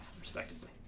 respectively